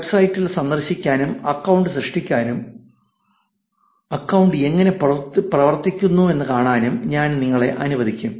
വെബ്സൈറ്റിൽ സന്ദർശിക്കാനും അക്കൌണ്ട് സൃഷ്ടിക്കാനും അക്കൌണ്ടുകൾ എങ്ങനെ പ്രവർത്തിക്കുന്നുവെന്ന് കാണാനും ഞാൻ നിങ്ങളെ അനുവദിക്കും